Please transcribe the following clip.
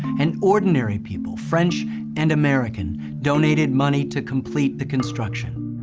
and ordinary people, french and american, donated money to complete the construction.